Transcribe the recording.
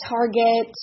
Target